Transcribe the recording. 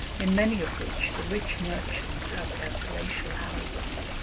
in many of which the rich merchants have their palatial houses,